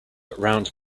around